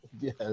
Yes